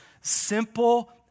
simple